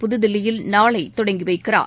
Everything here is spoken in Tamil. புதுதில்லியில் நாளை தொடங்கி வைக்கிறார்